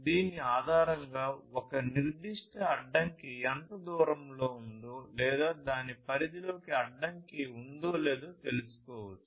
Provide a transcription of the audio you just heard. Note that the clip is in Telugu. దీని ఆధారంగా ఒక నిర్దిష్ట అడ్డంకి ఎంత దూరంలో ఉందో లేదా దాని పరిధిలో అడ్డంకి ఉందో లేదో తెలుసుకోవచ్చు